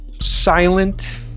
silent